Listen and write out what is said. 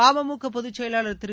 அம்முக பொதுச் செயலாளர் திரு